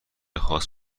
خاص